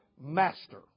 Master